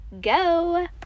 go